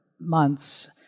months